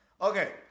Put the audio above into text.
Okay